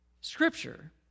Scripture